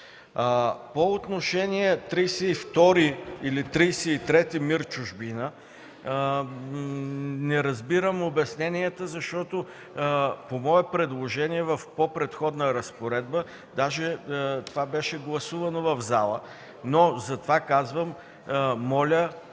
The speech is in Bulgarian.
По отношение на 32 или 33 МИР в чужбина не разбирам обясненията, защото по мое предложение в по-предходна разпоредба това беше гласувано в залата, но затова казвам, моля